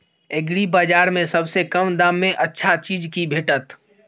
एग्रीबाजार में सबसे कम दाम में अच्छा चीज की भेटत?